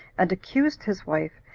and accused his wife,